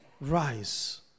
Rise